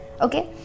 Okay